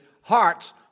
hearts